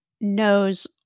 knows